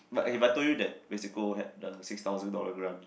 but I told you that Mexico had the six thousand dollar grant